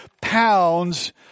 pounds